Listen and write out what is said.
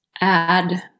add